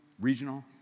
regional